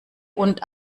und